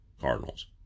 Cardinals